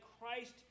Christ